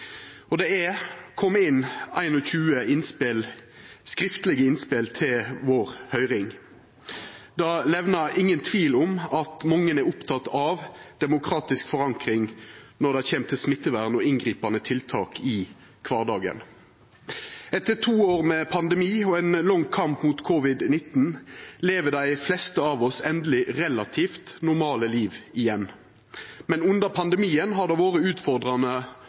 Det er kome inn 21 skriftlege innspel til høyringa vår. Det etterlèt ingen tvil om at mange er opptekne av demokratisk forankring når det gjeld smittevern og inngripande tiltak i kvardagen. Etter to år med pandemi og ein lang kamp mot covid-19 lever dei fleste av oss endeleg relativt normale liv igjen. Men under pandemien har det vore utfordrande